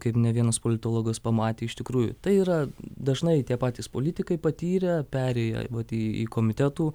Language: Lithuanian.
kaip ne vienas politologas pamatė iš tikrųjų tai yra dažnai tie patys politikai patyrę perėję vat į į komitetų